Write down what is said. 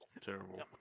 Terrible